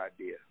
idea